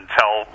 tell